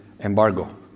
embargo